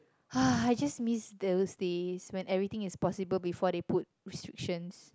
I just miss those days when everything is possible before they put restriction